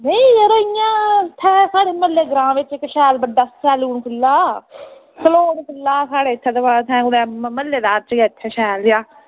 नेईं जेह्ड़े इंया साढ़े म्हल्लै ग्रांऽ बिच शैल बड्डा सैलून खु'ल्ला सैलून खु'ल्ला साढ़े इत्थें केह् आक्खदे इत्थें म्हल्लै दा अज्ज गै इत्थें शैल जेहा